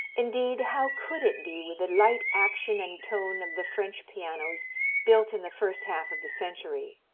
indeed how could it be, with the light action and tone of the french pianos built in the first half of the century?